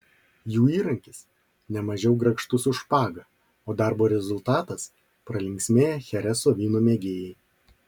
jų įrankis nemažiau grakštus už špagą o darbo rezultatas pralinksmėję chereso vyno mėgėjai